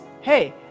hey